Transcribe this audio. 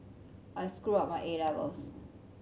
I screwed up my A levels